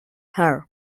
her